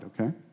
okay